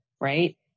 Right